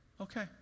Okay